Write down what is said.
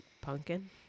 pumpkin